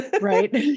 Right